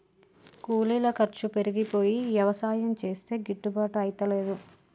కూలీల ఖర్చు పెరిగిపోయి యవసాయం చేస్తే గిట్టుబాటు అయితలేదు